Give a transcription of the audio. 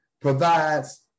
provides